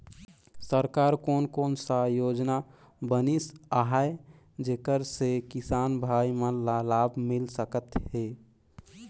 सरकार कोन कोन सा योजना बनिस आहाय जेकर से किसान भाई मन ला लाभ मिल सकथ हे?